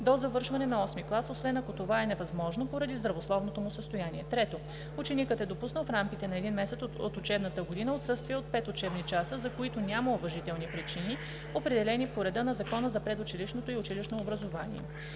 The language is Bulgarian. до завършване на осми клас, освен ако това е невъзможно поради здравословното му състояние; 3. ученикът е допуснал в рамките на един месец от учебната година отсъствия от 5 учебни часа, за които няма уважителни причини, определени по реда на Закона за предучилищното и училищното образование.